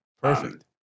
Perfect